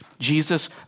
Jesus